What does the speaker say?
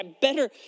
better